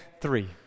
three